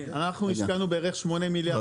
אנחנו השקענו בערך 8 מיליארד שקלים.